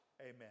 Amen